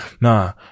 Nah